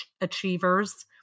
achievers